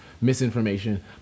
misinformation